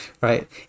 Right